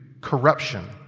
corruption